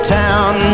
town